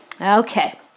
okay